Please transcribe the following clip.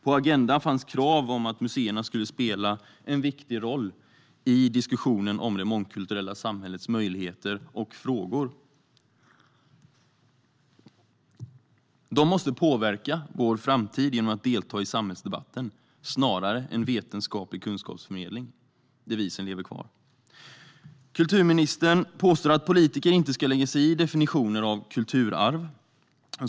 På agendan fanns krav på att museerna skulle spela en viktig roll i diskussionen om det mångkulturella samhällets möjligheter och frågor. De måste påverka vår framtid genom att delta i samhällsdebatten snarare än genom vetenskaplig kunskapsförmedling. Devisen lever kvar. Kulturministern påstår att politiker inte ska lägga sig i definitioner av kulturarv.